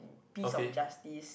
peace of justice